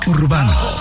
Urbano